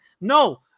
No